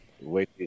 Wait